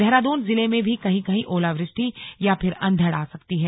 देहरादून जिले में भी कहीं कहीं ओलावृष्टि या फिर अंधड़ आ सकता है